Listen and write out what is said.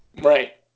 Right